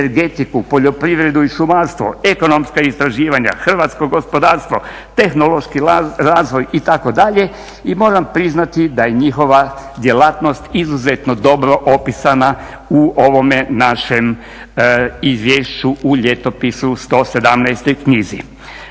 energetiku, poljoprivredu i šumarstvo, ekonomska istraživanja, hrvatsko gospodarstvo, tehnološki razvoj itd. I moram priznati da je njihova djelatnost izuzetno dobro opisana u ovome našem izvješću u ljetopisu 117. knjizi.